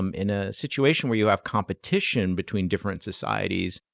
um in a situation where you have competition between different societies,